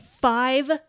five